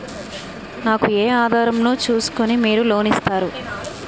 నాకు ఏ ఆధారం ను చూస్కుని మీరు లోన్ ఇస్తారు?